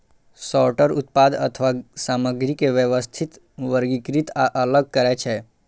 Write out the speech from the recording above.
sorter उत्पाद अथवा सामग्री के व्यवस्थित, वर्गीकृत आ अलग करै छै